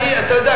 אתה יודע,